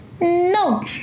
No